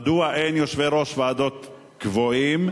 1. מדוע אין יושבי-ראש ועדות קבועים?